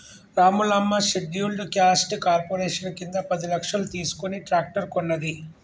Ramulamma scheduled caste corporation కింద పది లక్షలు తీసుకుని ట్రాక్టర్ కొన్నది